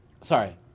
Sorry